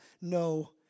no